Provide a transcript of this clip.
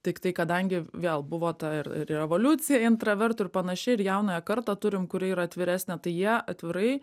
tiktai kadangi vėl buvo ta ir re revoliucija intravertų ir panašiai ir jaunąją kartą turim kuri yra atviresnė tai jie atvirai